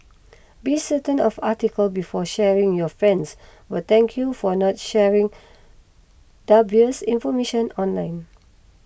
be certain of article before sharing your friends will thank you for not sharing dubious information online